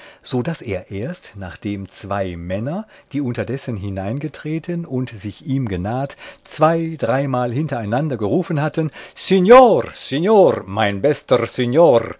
so daß er erst nachdem zwei männer die unterdessen hineingetreten und sich ihm genaht zwei dreimal hintereinander gerufen hatten signor signor mein bester